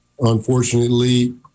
Unfortunately